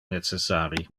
necessari